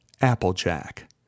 Applejack